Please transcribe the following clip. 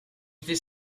this